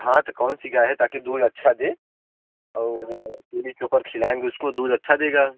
हाँ तो कौन सी गाय है ताकि दूध अच्छा दे और पीने के ऊपर खिलाएँगे उसको दूध अच्छा देगा